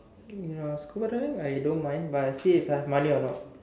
ya scuba dive I don't mind but I see if I have money or not